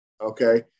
Okay